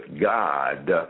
God